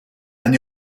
and